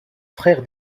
frère